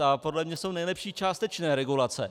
A podle mě jsou nejlepší částečné regulace.